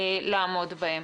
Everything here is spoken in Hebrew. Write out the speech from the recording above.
לעמוד בהן.